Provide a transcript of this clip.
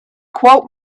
quote